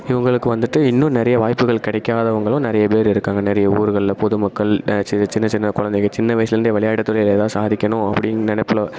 இவங்களுக்கு வந்துவிட்டு இன்னும் நிறைய வாய்ப்புகள் கிடைக்காதவங்களும் நிறைய பேர் இருக்காங்க நிறைய ஊருகளில் பொதுமக்கள் சி சின்ன சின்ன குழந்தைகள் சின்ன வயிசுலருந்தே விளையாட்டுத்துறையில் ஏதாவது சாதிக்கணும் அப்படின்னு நினப்புல